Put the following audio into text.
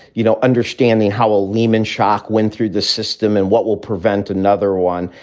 you know, understanding how a lehman shock went through the system and what will prevent another one.